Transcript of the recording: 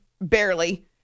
barely